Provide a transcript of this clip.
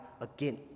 again